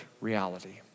reality